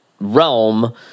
realm